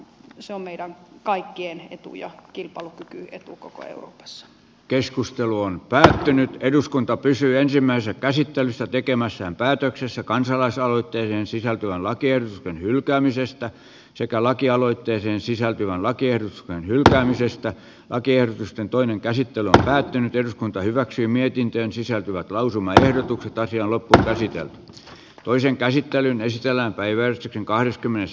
se on meidän kaikkien etu ja kilpailukykyetu koko euroopassa keskustelu on päättynyt eduskunta pysyy ensimmäisen käsittelyssä tekemässään päätöksessä kansalaisaloitteiden sisältö on lakien hylkäämisestä sekä lakialoitteeseen sisältyvän lakien hylkäämisestä lakiehdotusten toinen käsittely on päättynyt eduskunta hyväksyi mietintöön sisältyvät lausumaehdotuksen taisi olla nähtäisikään toisen käsittelyn väistellään päivän kahdeskymmenes